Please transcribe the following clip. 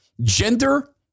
Gender